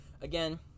again